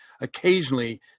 occasionally